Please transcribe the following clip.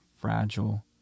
fragile